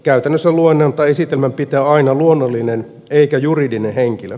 käytännössä luennon tai esitelmän pitää aina luonnollinen eikä juridinen henkilö